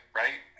right